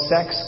Sex